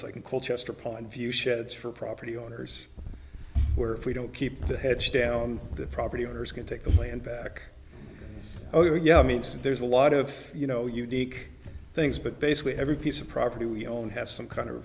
can call chester pond view sheds for property owners where if we don't keep the heads down the property owners can take the land back oh yeah i mean it's and there's a lot of you know unique things but basically every piece of property we own has some kind of